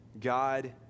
God